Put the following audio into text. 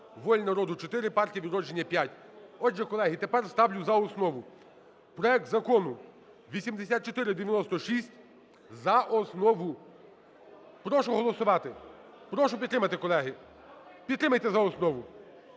"Воля народу" – 4, Партія "Відродження" – 5. Отже, колеги, тепер ставлю за основу проект Закону 8496 за основу. Прошу голосувати. Прошу підтримати, колеги. Підтримайте за основу.